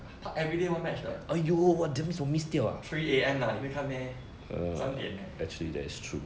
他 everyday one match 的 three A_M 的你会看 meh 三点 leh